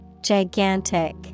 Gigantic